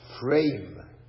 frame